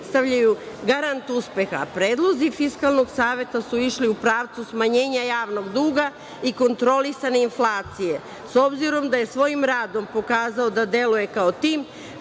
garant uspeha. Predlozi Fiskalnog saveta su išli u pravcu smanjenja javnog duga i kontrolisane inflacije. S obzirom da je svojim radom pokazao da deluje kao tim